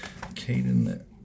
Caden